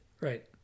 Right